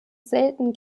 selten